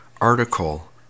article